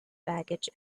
baggage